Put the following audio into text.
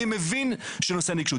אני מבין את נושא הנגישות.